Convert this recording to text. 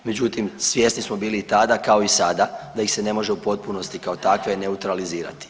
Međutim, svjesni smo bili tada kao i sada da ih se ne može u potpunosti kao takve neutralizirati.